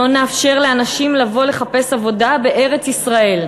לא נאפשר לאנשים לבוא לחפש עבודה בארץ-ישראל.